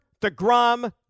DeGrom